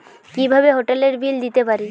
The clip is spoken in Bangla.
কিভাবে হোটেলের বিল দিতে পারি?